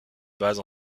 base